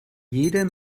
jedem